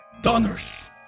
Donors